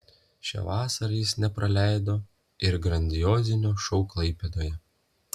šią vasarą jis nepraleido ir grandiozinio šou klaipėdoje